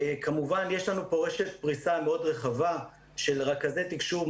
כמובן יש לנו פה רשת פריסה מאוד רחבה של רכזי תקשוב,